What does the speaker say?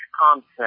concept